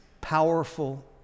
powerful